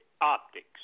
optics